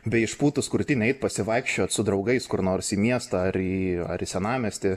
bei išpūtus krūtinę eit pasivaikščiot su draugais kur nors į miestą ar į ar į senamiestį